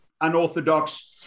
unorthodox